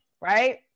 right